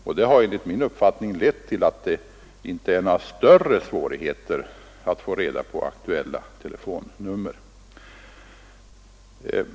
Detta har enligt min uppfattning lett till att det inte är några större svårigheter att få reda på aktuella telefonnummer.